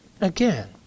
Again